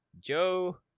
Joe